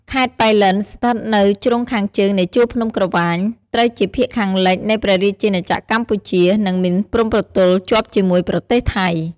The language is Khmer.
ខេត្តប៉ៃលិន ស្ថិតនៅជ្រុងខាងជើងនៃជួរភ្នំក្រវាញ ត្រូវជាភាគខាងលិចនៃព្រះរាជាណាចក្រកម្ពុជា និងមានព្រំប្រទល់ជាប់ជាមួយប្រទេសថៃ។